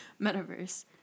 metaverse